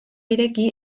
ireki